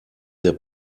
der